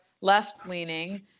left-leaning